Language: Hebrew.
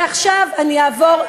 ועכשיו אני אעבור,